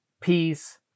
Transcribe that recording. peace